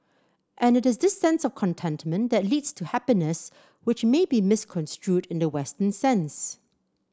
and it is this sense of contentment that leads to happiness which may be misconstrued in the western sense